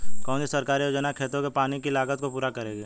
कौन सी सरकारी योजना खेतों के पानी की लागत को पूरा करेगी?